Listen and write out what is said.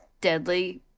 deadly